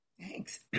Thanks